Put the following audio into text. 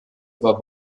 war